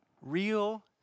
Real